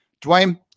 Dwayne